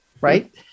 right